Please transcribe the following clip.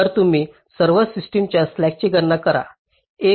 तर तुम्ही सर्व सिस्टीमच्या स्लॅकची गणना करा